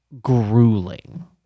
grueling